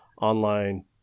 online